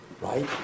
right